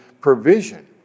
provision